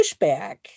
pushback